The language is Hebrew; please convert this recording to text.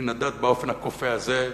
מן הדת באופן הכופה הזה.